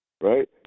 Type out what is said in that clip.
Right